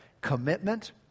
Commitment